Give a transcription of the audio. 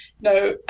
No